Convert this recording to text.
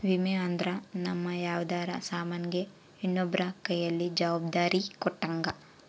ವಿಮೆ ಅಂದ್ರ ನಮ್ ಯಾವ್ದರ ಸಾಮನ್ ಗೆ ಇನ್ನೊಬ್ರ ಕೈಯಲ್ಲಿ ಜವಾಬ್ದಾರಿ ಕೊಟ್ಟಂಗ